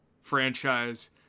franchise